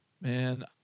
man